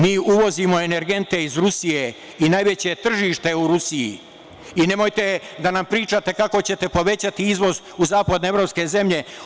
Mi uvozimo energente iz Rusije i najveće tržište je u Rusiji i nemojte da nam pričate kako ćete povećati izvoz u zapadnoevropske zemlje.